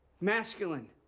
masculine